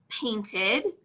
painted